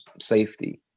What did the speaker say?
safety